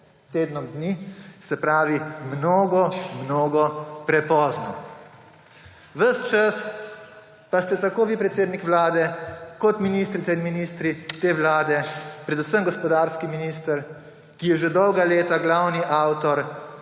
tednom dni, se pravi mnogo mnogo prepozno. Ves čas pa ste tako vi, predsednik Vlade, kot ministrice in ministri te vlade, predvsem gospodarski minister, ki je že dolga leta glavni avtor